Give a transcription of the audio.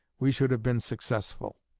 we should have been successful.